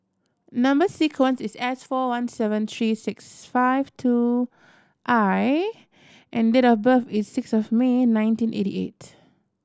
number sequence is S four one seven three six five two I and date of birth is six of May nineteen eighty eight